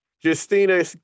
Justina